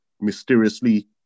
mysteriously